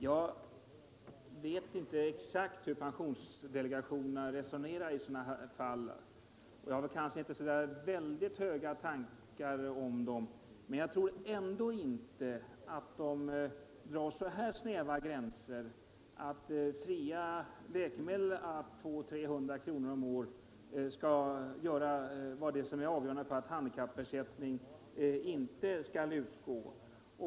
Jag vet inte exakt hur pensionsdelegationerna resonerar i sådana här fall, och jag har väl kanske inte så väldigt höga tankar om dem. Men jag tror ändå inte att de drar så snäva gränser att fria läkemedel å 200-300 kr. om året får vara avgörande för att handikappersättning inte skall utgå.